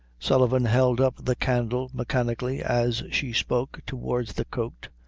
sullivan held up the candle mechanically, as she spoke towards the coat,